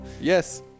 Yes